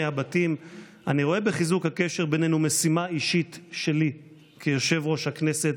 הבתים; אני רואה בחיזוק הקשר בינינו משימה אישית שלי כיושב-ראש הכנסת,